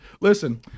Listen